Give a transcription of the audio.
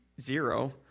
zero